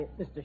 Mr